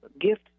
gift